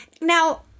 Now